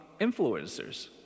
influencers